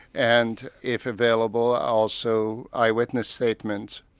and if available also eye-witness statements.